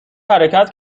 حرکت